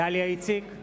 דליה איציק,